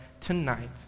tonight